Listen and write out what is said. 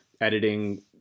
Editing